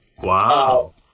Wow